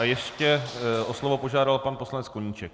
A ještě o slovo požádal pan poslanec Koníček.